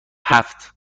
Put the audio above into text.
هفت